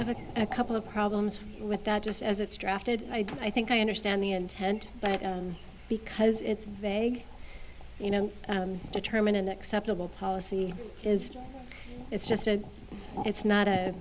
of a couple of problems with that just as it's drafted i think i understand the intent but because it's vague you know determine an acceptable policy is it's just a it's not